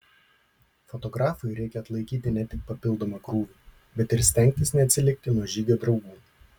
fotografui reikia atlaikyti ne tik papildomą krūvį bet ir stengtis neatsilikti nuo žygio draugų